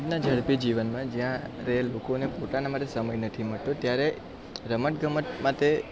આજના ઝડપી જીવનમાં જ્યાં અત્યારે લોકોને પોતાના માટે સમય નથી મળતો ત્યારે રમતગમત માટે